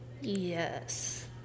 Yes